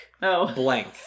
blank